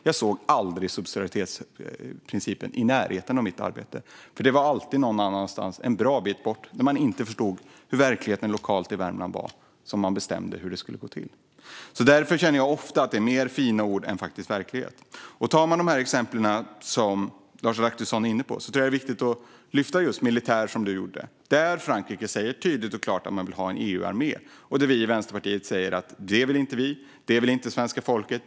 Jag såg aldrig subsidiaritetsprincipen i närheten av mitt arbete. Det var alltid någon annanstans - en bra bit bort, där man inte förstod hur verkligheten lokalt i Värmland var - som man bestämde hur det skulle gå till. Därför känner jag ofta att det är mer fina ord än faktisk verklighet. Man kan ta de exempel som Lars Adaktusson är inne på. Jag tror att det är viktigt att lyfta fram just militären, som han gjorde. Frankrike säger tydligt och klart att man vill ha en EU-armé. Vi i Vänsterpartiet säger: Det vill inte vi. Det vill inte svenska folket.